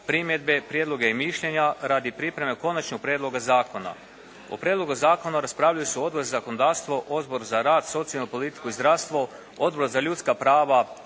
primjedbe, prijedloge i mišljenja radi pripreme konačnog prijedloga zakona. O prijedlogu zakona raspravili su Odbor za zakonodavstvo, Odbor za rad, socijalnu politiku i zdravstvo, Odbor za ljudska prava